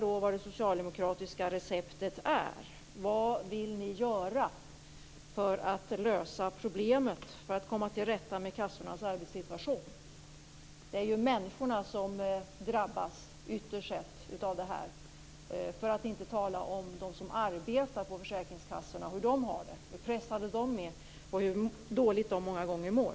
Vad är det socialdemokratiska receptet? Vad vill ni socialdemokrater göra för att lösa problemet och komma till rätta med arbetssituationen på försäkringskassorna? Ytterst är det ju människorna som drabbas av detta; för att inte tala om hur de har det som arbetar på försäkringskassorna, hur pressade de är och hur dåligt de många gånger mår.